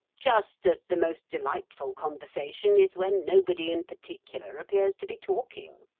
just as the most delightful conversation is when nobody in particular appears to be talking.